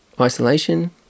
isolation